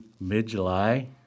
mid-July